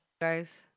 Guys